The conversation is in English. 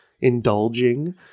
indulging